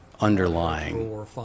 underlying